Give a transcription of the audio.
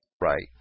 Right